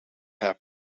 have